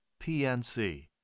PNC